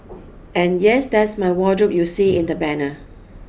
and yes that's my wardrobe you see in the banner